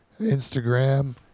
Instagram